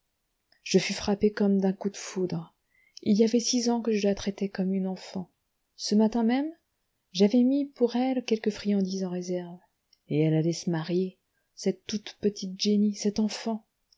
je fus frappé comme d'un coup de foudre il y avait six ans que je la traitais comme une enfant ce matin même j'avais mis pour elle quelque friandise en réserve et elle allait se marier cette toute petite jenny cette enfant